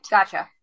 Gotcha